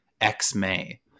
X-May